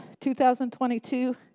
2022